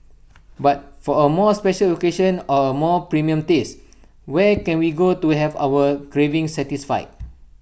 but for A more special occasion or A more premium taste where can we go to have our craving satisfied